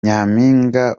nyaminga